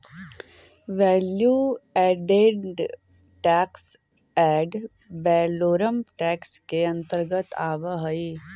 value added tax ad valorem tax के अंतर्गत आवऽ हई